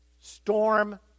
storm